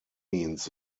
means